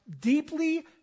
deeply